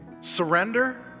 surrender